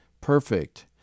perfect